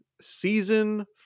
season